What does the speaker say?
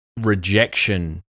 rejection